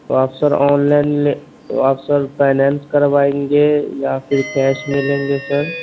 تو آپ sir online لیں تو آپ سر فائنانس کروائیں گے یا پھر کیش میں لیں گے سر